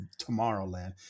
Tomorrowland